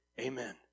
Amen